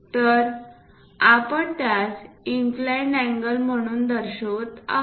तरआपण त्यास inclined angle म्हणून दर्शवित आहोत